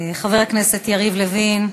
חבר הכנסת יריב לוין,